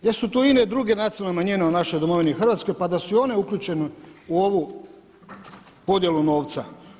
Gdje su tu ine druge nacionalne manjine u našoj domovini Hrvatskoj, pa da se i one uključe u ovu podjelu novca.